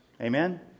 Amen